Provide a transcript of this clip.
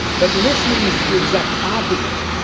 but listening is the exact opposite.